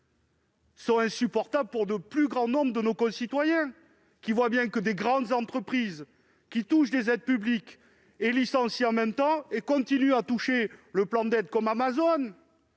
sont insupportables pour le plus grand nombre de nos concitoyens. Ils voient bien que de grandes entreprises touchent des aides publiques et licencient, qu'elles continuent de bénéficier des plans d'aide, comme Amazon,